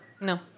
no